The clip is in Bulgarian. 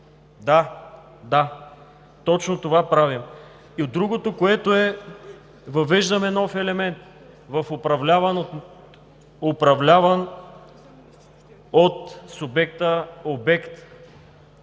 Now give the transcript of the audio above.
Да, точно това правим. Другото, което е – въвеждаме нов елемент в управляван от субекта обект.